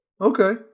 Okay